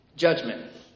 judgment